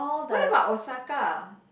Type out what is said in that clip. what about Osaka